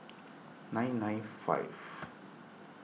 nine nine five